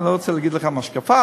אני לא רוצה להגיד לכם השקפה,